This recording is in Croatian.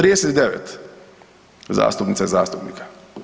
39 zastupnica i zastupnika.